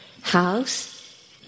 house